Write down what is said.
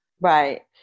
Right